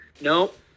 Nope